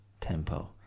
tempo